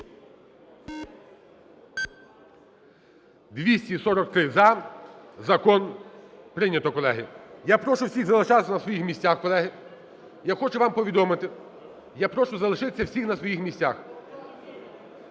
За-243 Закон прийнято, колеги. Я прошу всіх залишатися на своїх місцях, колеги. Я хочу вам повідомити… Я прошу залишитися всіх на своїх місцях.